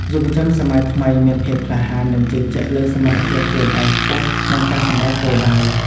យុវជនសម័យថ្មីមានភាពក្លាហាន និងជឿជាក់លើសមត្ថភាពខ្លួនឯងខ្ពស់ក្នុងការសម្រេចគោលដៅ។